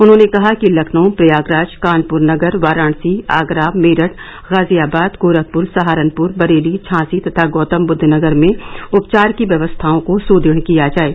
उन्होंने कहा कि लखनऊ प्रयागराज कानपुर नगर वाराणसी आगरा मेरठ गाजियाबाद गोरखपुर सहारनपुर बरेली झांसी तथा गौतमबुद्द नगर में उपचार की व्यवस्थाओं को सुदृढ़ किया जाये